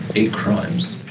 eight crimes.